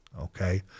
okay